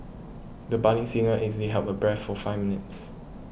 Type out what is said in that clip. the budding singer easily held her breath for five minutes